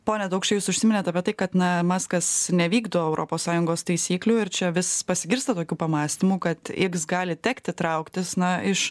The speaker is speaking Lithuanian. pone daukšy jūs užsiminėt apie tai kad na maskas nevykdo europos sąjungos taisyklių ir čia vis pasigirsta tokių pamąstymų kad iks gali tekti trauktis na iš